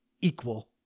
equal